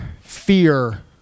fear